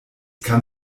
kann